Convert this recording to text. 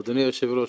אדוני היושב ראש,